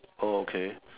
oh okay